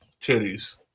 Titties